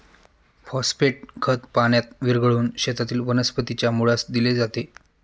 phosphate खत पाण्यात विरघळवून शेतातील वनस्पतीच्या मुळास दिले जाते